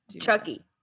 Chucky